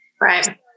right